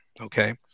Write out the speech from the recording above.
okay